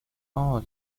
all